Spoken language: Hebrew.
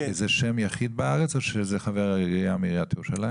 זה שם יחיד בארץ או שזה חבר עירייה בירושלים?